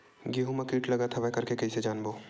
गेहूं म कीट लगत हवय करके कइसे जानबो?